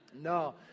No